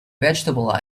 vegetable